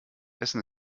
essen